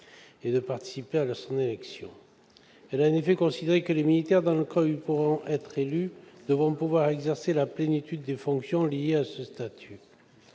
et de participer à son élection. Elle a en effet considéré que les militaires, dans les cas où ils pourront être élus, devront pouvoir exercer la plénitude des fonctions liées à ce statut.